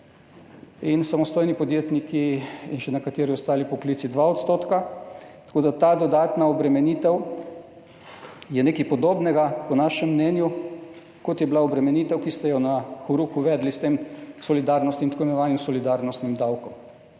%, samostojni podjetniki in še nekateri ostali poklici 2 %, tako da je ta dodatna obremenitev nekaj podobnega, po našem mnenju, kot je bila obremenitev, ki ste jo na horuk uvedli s tem tako imenovanim solidarnostnim davkom,